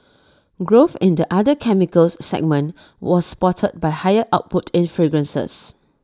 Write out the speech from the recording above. growth in the other chemicals segment was supported by higher output in fragrances